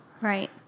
Right